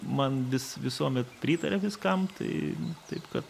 man vis visuomet pritaria viskam tai taip kad